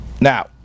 Now